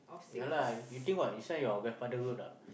ya lah you think what this one your grandfather road ah